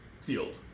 field